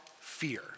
fear